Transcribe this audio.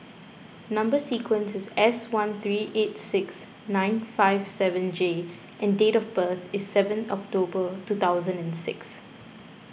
Number Sequence is S one three eight six nine five seven J and date of birth is seven October two thousand and six